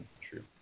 true